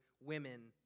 women